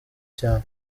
cyane